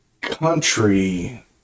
country